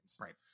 Right